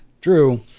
drew